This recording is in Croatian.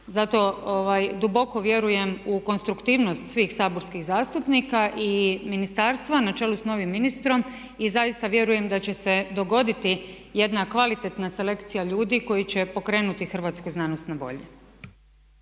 Zato duboko vjerujem u konstruktivnost svih saborskih zastupnika i ministarstva na čelu s novim ministrom. Zaista vjerujem da će se dogoditi jedna kvalitetna selekcija ljudi koji će pokrenuti hrvatsku znanost na bolje.